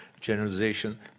generalization